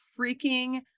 freaking